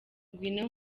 ngwino